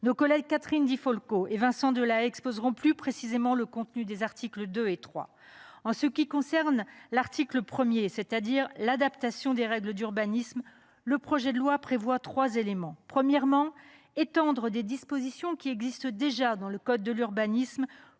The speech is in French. Nos collègues Catherine Di Folco et Vincent Delahaye exposeront plus précisément le contenu des articles 2 et 3. En ce qui concerne l’article 1, à savoir l’adaptation des règles d’urbanisme, le projet de loi prévoit trois éléments. Premièrement, il vise à étendre des dispositions qui existaient déjà dans le code de l’urbanisme,